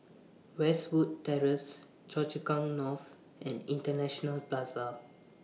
Westwood Terrace Choa Chu Kang North and International Plaza